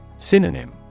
Synonym